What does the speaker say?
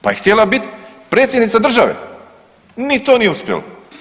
Pa je htjela bit predsjednica države ni to nije uspjelo.